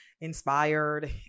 inspired